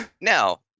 Now